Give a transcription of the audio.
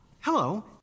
hello